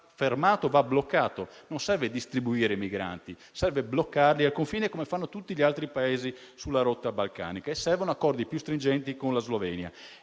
confine va bloccato. Non serve distribuire i migranti, serve bloccarli al confine come fanno tutti gli altri Paesi sulla rotta balcanica, e servono accordi più stringenti con la Slovenia.